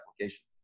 application